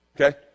Okay